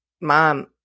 mom